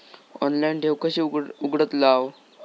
Online ठेव कशी उघडतलाव?